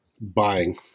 Buying